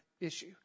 issue